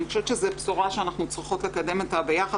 אני חושבת שזו בשורה שאנחנו צריכות לקדם ביחד